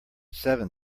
seven